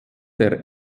der